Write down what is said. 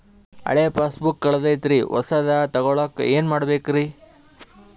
ಹಳೆ ಪಾಸ್ಬುಕ್ ಕಲ್ದೈತ್ರಿ ಹೊಸದ ತಗೊಳಕ್ ಏನ್ ಮಾಡ್ಬೇಕರಿ?